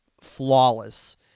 flawless